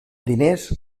diners